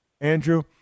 Andrew